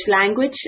language